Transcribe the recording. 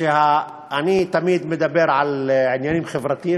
שאני תמיד מדבר על עניינים חברתיים,